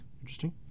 Interesting